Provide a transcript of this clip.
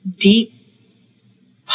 deep